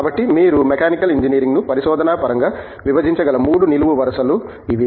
కాబట్టి మీరు mechanical engineering ను పరిశోధన పరంగా విభజించగల 3 నిలువు వరుసలు ఇవి